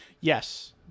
Yes